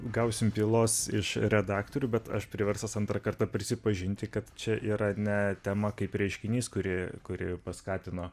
gausim pylos iš redaktorių bet aš priverstas antrą kartą prisipažinti kad čia yra ne tema kaip reiškinys kuri kuri paskatino